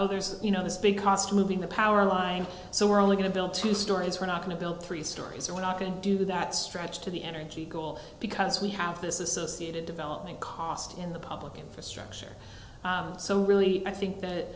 know this big cost moving the power line so we're only going to build two stories we're not going to build three storeys or we're not going to do that stretch to the energy goal because we have this associated development cost in the public infrastructure so really i think that